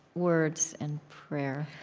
words and prayer?